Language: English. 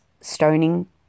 stoning